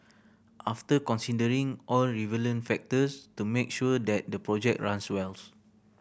after considering all factors to make sure that the project runs well